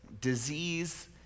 disease